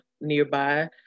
nearby